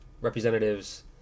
representatives